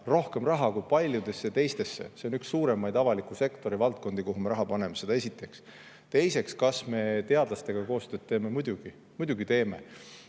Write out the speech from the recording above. rohkem raha kui paljudesse teistesse, see on üks suuremaid avaliku sektori valdkondi, kuhu me raha paneme. Seda esiteks. Teiseks, kas me teadlastega koostööd teeme? Muidugi.